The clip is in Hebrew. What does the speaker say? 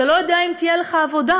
אתה לא יודע אם תהיה לך עבודה.